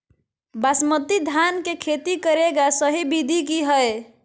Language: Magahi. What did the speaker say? बासमती धान के खेती करेगा सही विधि की हय?